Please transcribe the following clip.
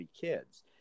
kids